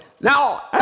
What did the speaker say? Now